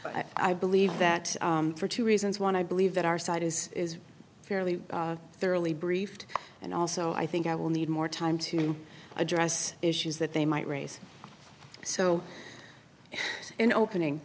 i believe that for two reasons one i believe that our side is fairly thoroughly briefed and also i think i will need more time to address issues that they might raise so in opening